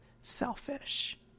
selfish